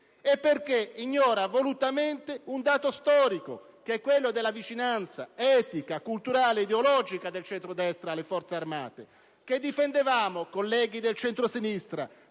e perché ignora volutamente un dato storico, quello della vicinanza etica, culturale e ideologica del centrodestra alle Forze armate, che difendevamo, colleghi del centro-sinistra,